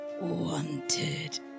wanted